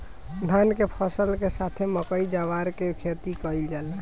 धान के फसल के साथे मकई, जवार के खेती कईल जाला